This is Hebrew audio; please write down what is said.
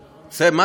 די, קיש.